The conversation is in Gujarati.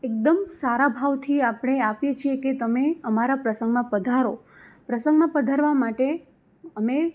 એકદમ સારા ભાવથી આપણે આપીએ છીએ કે તમે અમારા પ્રસંગમાં પધારો પ્રસંગમાં પધારવા માટે અમે